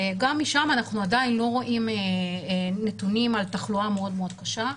גם שם אנחנו עדיין לא רואים נתונים על תחלואה קשה מאוד.